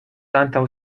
antaŭ